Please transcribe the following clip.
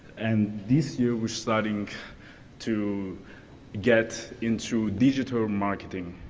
and this year, we're starting to get into digital marketing.